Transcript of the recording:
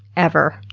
ever.